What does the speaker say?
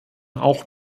auch